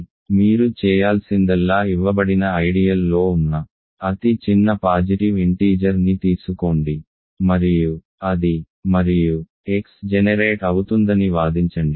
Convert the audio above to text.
కాబట్టి మీరు చేయాల్సిందల్లా ఇవ్వబడిన ఐడియల్ లో ఉన్న అతి చిన్న పాజిటివ్ ఇంటీజర్ ని తీసుకోండి మరియు అది మరియు X జెనెరేట్ అవుతుందని వాదించండి